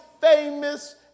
famous